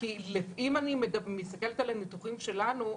כי אם אני מסתכלת על הניתוחים שלנו,